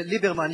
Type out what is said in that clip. ליברמן,